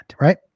Right